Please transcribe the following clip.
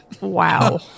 Wow